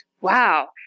Wow